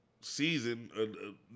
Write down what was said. season